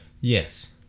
Yes